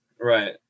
Right